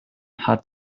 hat